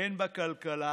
הן בכלכלה